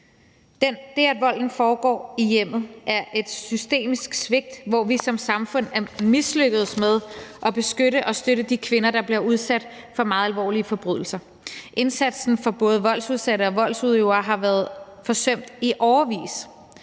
Det, at volden foregår i hjemmet, er udtryk for et systemisk svigt, hvor vi som samfund er mislykkedes med at beskytte og støtte de kvinder, der bliver udsat for meget alvorlige forbrydelser. Indsatsen for både voldsudsatte og voldsudøvere har været forsømt i årevis,